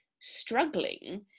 struggling